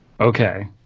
Okay